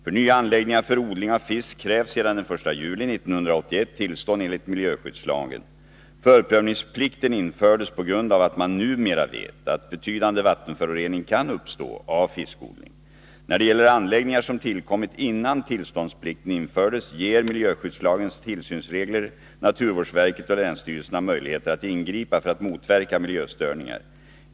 För nya anläggningar för odling av fisk krävs sedan den 1 juli 1981 tillstånd enligt miljöskyddslagen. Förprövningsplikten infördes på grund av att man numera vet att betydande vattenförorening kan uppstå av fiskodling. När det gäller anläggningar som tillkommit innan tillståndsplikten infördes ger miljöskyddslagens tillsynsregler naturvårdsverket och länsstyrelserna möjlighet att ingripa för att motverka miljöstörningar.